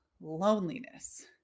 loneliness